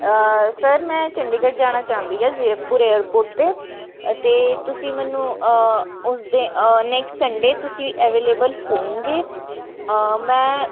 sir ਮੈਂ ਚੰਡੀਗੜ੍ਹ ਜਾਣਾ ਚਾਹੁੰਦੀ ਹੈ ਜ਼ੀਰਕਪੁਰ ਏਅਰਪੋਰਟ 'ਤੇ ਅਤੇ ਤੁਸੀਂ ਮੈਨੂੰ ਉਸ ਦੇ ਨੈਕਸਟ ਸੰਡੇ ਤੁਸੀਂ ਐਵਲਵਲ ਹੋਉਂਗੇ ਮੈਂ